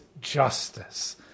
justice